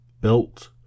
built